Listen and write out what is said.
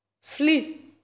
flee